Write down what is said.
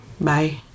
Bye